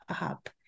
up